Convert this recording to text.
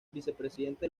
vicepresidente